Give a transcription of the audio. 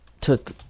took